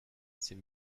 c’est